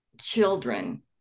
children